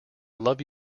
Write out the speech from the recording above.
love